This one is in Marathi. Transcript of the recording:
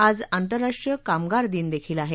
आज आंतरराष्ट्रीय कामगार दिनदेखील आहे